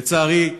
לצערי,